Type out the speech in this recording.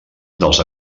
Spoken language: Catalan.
dels